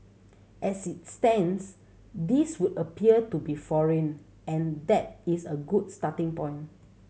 as it stands these would appear to be foreign and that is a good starting point